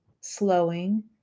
slowing